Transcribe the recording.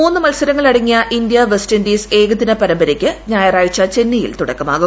മൂന്നു മത്സരങ്ങളടങ്ങിയ India West Indies ഏകദിന പരമ്പരയ്ക്ക് ഞായറാഴ്ച ചെന്നൈയിൽ തുടക്കമാവും